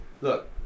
Look